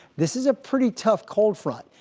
this is a pretty tough cold front.